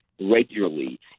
regularly